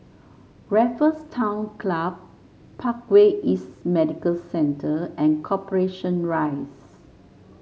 Raffles Town Club Parkway East Medical Centre and Corporation Rise